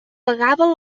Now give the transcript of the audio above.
pagava